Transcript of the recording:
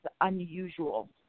unusual